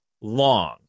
long